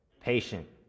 patient